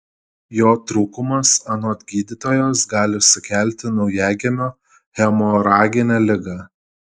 jo trūkumas anot gydytojos gali sukelti naujagimio hemoraginę ligą